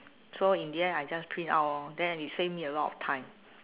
so in the end I just print out lor then it save me a lot of time